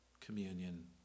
communion